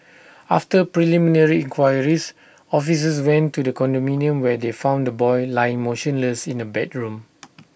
after preliminary enquiries officers went to the condominium where they found the boy lying motionless in A bedroom